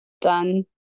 done